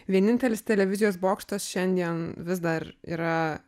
vienintelis televizijos bokštas šiandien vis dar yra